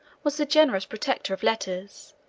was the generous protector of letters,